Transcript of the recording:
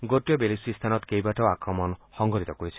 গোটটোৱে বেলুচিস্তানত কেইবাটাও আক্ৰমণ সংঘটিত কৰিছে